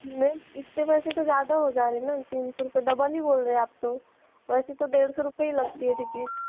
ma'am इतने पैसे तो ज़्यादा हो जा रे ना तीन सौ रुपये डबल ही बोल रहे आप तो वैसे तो डेढ़ सौ रुपये ही लगती है टिकिट